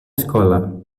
escola